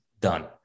done